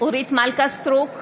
אורית מלכה סטרוק,